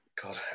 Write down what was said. God